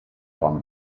van